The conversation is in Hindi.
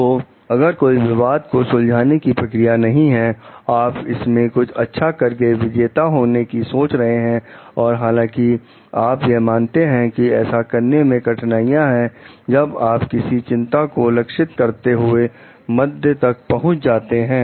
तो अगर कोई विवाद को सुलझाने की प्रक्रिया नहीं है आप इसमें कुछ अच्छा करके विजेता होने की सोच रहे हैं और हालांकि आप यह मानते हैं कि ऐसा करने में कठिनाइयां हैं जब आप किसी चिंता को लक्षित करते हुए मध्य तक पहुंच जाते हैं